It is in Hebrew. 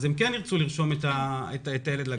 הם כן ירצו לרשום את הילד לגן.